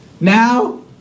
Now